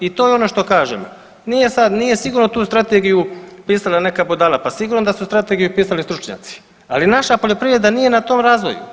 I to je ono što kažem, nije sigurno tu strategiju pisala neka budala, pa sigurno da su strategiju pisali stručnjaci, ali naša poljoprivreda nije na tom razvoju.